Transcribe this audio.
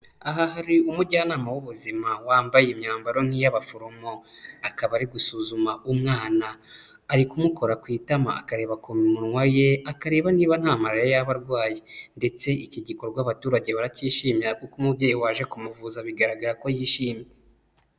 Aha hari umujyanama w'ubuzima wambaye imyambaro nk'iy'abaforomo, akaba ari gusuzuma umwana, ari kumukora ku itama akareba ku minwa ye akareba niba nta malariya yaba arwaye ndetse iki gikorwa abaturage baracyishimira, kuko umubyeyi waje kumuvuza bigaragara ko yishimye.